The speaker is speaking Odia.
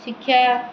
ଶିକ୍ଷା